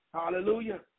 Hallelujah